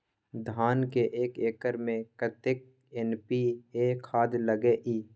धान के एक एकर में कतेक एन.पी.ए खाद लगे इ?